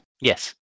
Yes